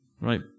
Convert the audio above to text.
right